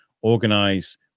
organize